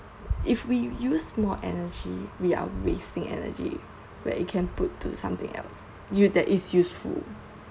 if we use more energy we are wasting energy where it can put to something else you that is useful